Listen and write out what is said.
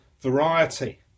variety